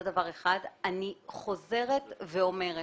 אני חוזרת ואומרת.